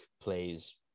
plays